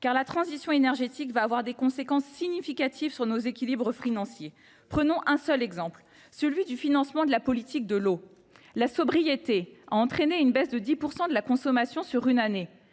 car la transition énergétique aura des conséquences significatives sur nos équilibres financiers. Prenons l’exemple du financement de la politique de l’eau. La sobriété a entraîné une baisse de 10 % de la consommation sur une année,